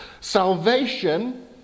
Salvation